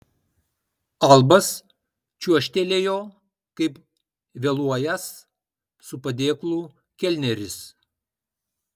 albas čiuožtelėjo kaip vėluojąs su padėklu kelneris